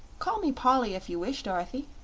call me polly if you wish, dorothy.